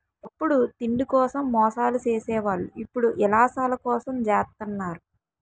ఒకప్పుడు తిండి కోసం మోసాలు సేసే వాళ్ళు ఇప్పుడు యిలాసాల కోసం జెత్తన్నారు